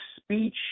speech